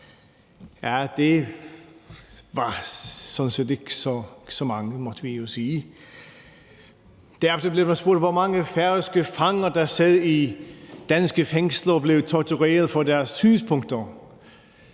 Ja, det var sådan set ikke så mange, måtte vi jo sige. Derefter blev vi spurgt om, hvor mange færøske fanger der sad i danske fængsler og blev tortureret for deres synspunkter.